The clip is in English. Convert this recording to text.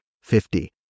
fifty